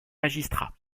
magistrat